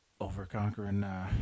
Overconquering